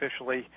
officially